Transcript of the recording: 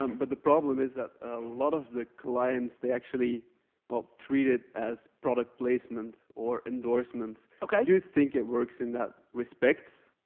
um but the problem is that a lot of the clients they actually well treat it as product placement or endorsements. okay. do you think it works in that respect,